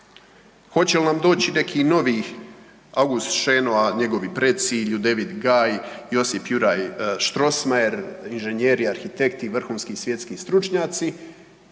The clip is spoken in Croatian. Hoćel nam doći neki novi August Šenoa, njegovi preci, Ljudevit Gaj, Josip Juraj Strossmayer, inženjeri, arhitekti vrhunski svjetski stručnjaci